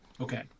Okay